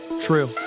true